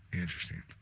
Interesting